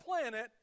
planet